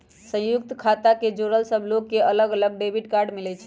संयुक्त खाता से जुड़ल सब लोग के अलग अलग डेबिट कार्ड मिलई छई